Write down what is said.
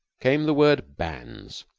came the word bans,